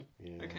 Okay